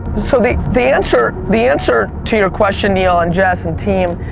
so the answer the answer to your question neil, and jess and team,